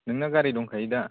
नोंना गारि दंखायो दा